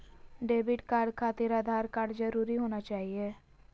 Debit card खातिर Aadhaar card जरूरी होना चाहिए?